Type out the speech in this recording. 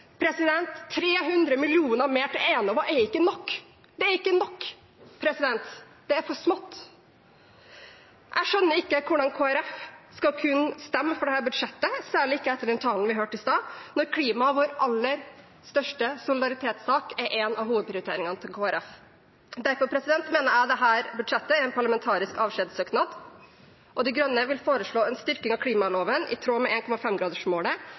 300 mill. kr mer til Enova er ikke nok – det er ikke nok, det er for smått. Jeg skjønner ikke hvordan Kristelig Folkeparti skal kunne stemme for dette budsjettet – særlig ikke etter den talen vi hørte i stad – når klima, vår aller største solidaritetssak, er en av hovedprioriteringene til Kristelig Folkeparti. Derfor mener jeg dette budsjettet er en parlamentarisk avskjedssøknad, og De Grønne vil foreslå en styrking av klimaloven i tråd med